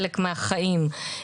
חלק מהחיים.